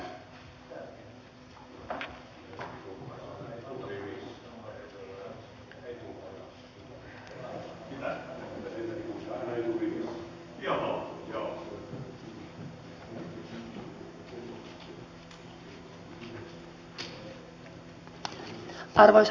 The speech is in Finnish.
arvoisa puhemies